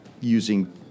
using